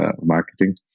marketing